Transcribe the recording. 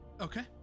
Okay